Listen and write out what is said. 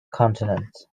continent